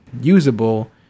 usable